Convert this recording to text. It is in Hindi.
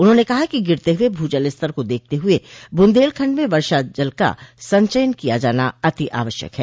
उन्होंने कहा कि गिरते हुए भूजल स्तर को देखते हुए बुन्देलखंड में वर्षा जल का संचयन किया जाना अति आवश्यक है